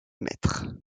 maître